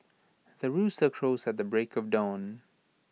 the rooster crows at the break of dawn